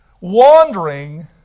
wandering